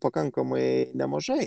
pakankamai nemažai